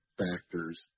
factors